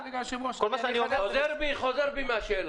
לא, רגע --- חוזר בי, חוזר בי מהשאלה.